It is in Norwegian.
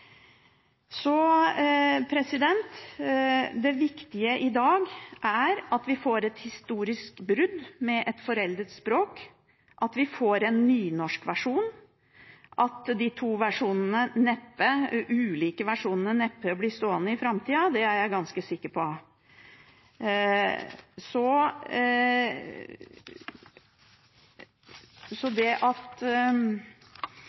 Det viktige i dag er at vi får et historisk brudd med et foreldet språk, og at vi får en nynorskversjon. At de to ulike versjonene neppe blir stående i framtida, er jeg ganske sikker på.